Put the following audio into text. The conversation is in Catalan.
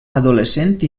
adolescent